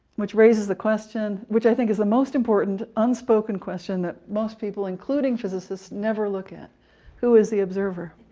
which raises the question which i think is the most important unspoken question that most people including physicists never look at who is the observer?